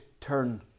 turn